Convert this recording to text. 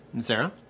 Sarah